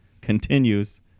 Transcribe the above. continues